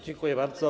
Dziękuję bardzo.